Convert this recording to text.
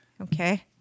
Okay